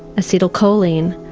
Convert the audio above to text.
acetylcholine,